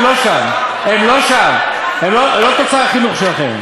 הם לא שם, הם לא שם, הם לא תוצר החינוך שלכם.